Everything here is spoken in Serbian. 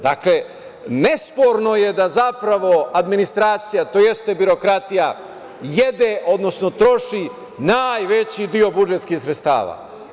Dakle, nesporno je da zapravo administracija, tj. birokratija, jede, odnosno troši najveći deo budžetskih sredstava.